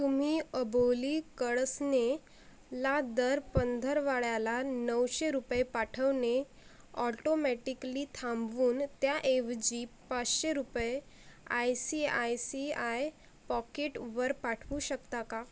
तुम्ही अबोली कळसनेला दर पंधरवाड्याला नऊशे रुपये पाठवणे ऑटोमॅटिक्ली थांबवून त्याऐवजी पाचशे रुपये I C I C I पॉकेटवर पाठवू शकता का